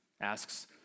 Asks